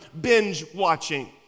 binge-watching